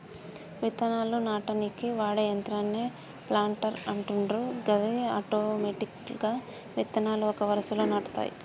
విత్తనాలు నాటనీకి వాడే యంత్రాన్నే ప్లాంటర్ అంటుండ్రు గది ఆటోమెటిక్గా విత్తనాలు ఒక వరుసలో నాటుతాయి